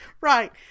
right